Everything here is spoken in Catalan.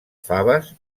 faves